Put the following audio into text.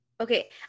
Okay